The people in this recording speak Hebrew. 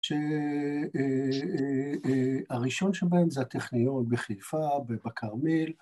שהראשון שבהם זה הטכניון בחיפה ובכרמל.